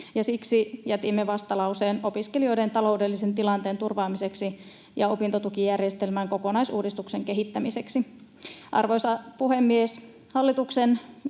siksi jätimme vastalauseen opiskelijoiden taloudellisen tilanteen turvaamiseksi ja opintotukijärjestelmän kokonaisuudistuksen kehittämiseksi. Arvoisa puhemies! Hallituksen